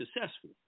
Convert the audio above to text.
successful